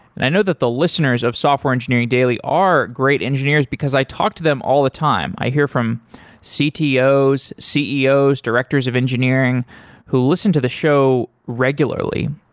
and i know that the listeners of software engineering daily are great engineers, because i talk to them all the time. i hear from ctos, ceos, directors of engineering who listen to the show regularly.